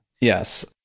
Yes